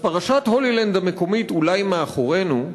אז פרשת "הולילנד" המקומית, אולי היא מאחורינו,